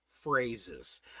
phrases